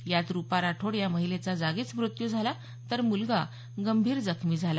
यात रुपा राठोड या महिलेचा जागेच मृत्यू झाला तर मुलगा गंभीर जखमी झाला